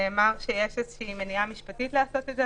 נאמר שיש איזו מניעה משפטית לעשות את זה.